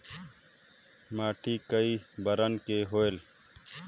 माटी कई बरन के होयल?